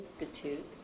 Institute